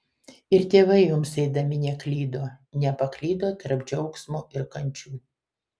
ir tėvai joms eidami neklydo nepaklydo tarp džiaugsmo ir kančių